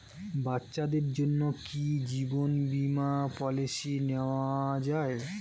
বাচ্চাদের জন্য কি জীবন বীমা পলিসি নেওয়া যায়?